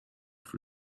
for